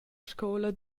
scola